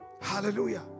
hallelujah